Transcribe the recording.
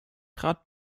trat